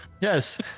Yes